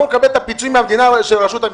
מקבל את הפיצוי מהמדינה של רשות המיסים.